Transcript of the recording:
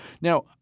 Now